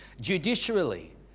judicially